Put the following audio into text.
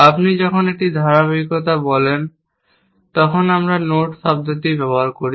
আপনি যখন একটি ধারাবাহিকতা বলেন তখন আমরা নোট শব্দটি ব্যবহার করি